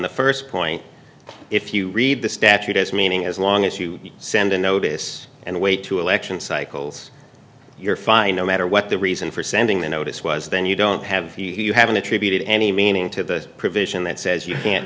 the first point if you read the statute as meaning as long as you send a notice and way to election cycles you're fine no matter what the reason for sending the notice was then you don't have he you haven't attributed any meaning to the provision that says you can't